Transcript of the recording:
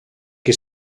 qui